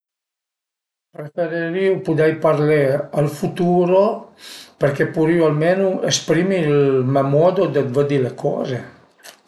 Preferirìu pudei parlé al futuro perché pudrìu almenu esprimi ël me modo dë vëddi le coze